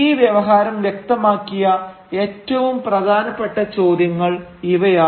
ഈ വ്യവഹാരം വ്യക്തമാക്കിയ ഏറ്റവും പ്രധാനപ്പെട്ട ചോദ്യങ്ങൾ ഇവയാണ്